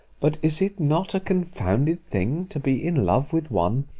but is it not a confounded thing to be in love with one,